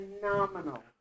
Phenomenal